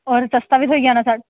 होर सस्ता बी थ्होई जाना